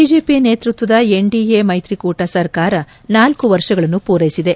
BJP ನೇತೃತ್ವದ NDA ಮೈತ್ರಿಕೂಟ ಸರಕಾರ ನಾಲ್ತು ವರ್ಷಗಳನ್ನು ಪೂರೈಸಿದೆ